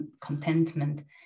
contentment